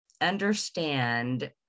understand